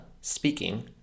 speaking